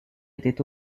était